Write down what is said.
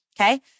Okay